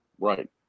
Right